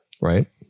Right